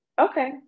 Okay